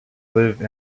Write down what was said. live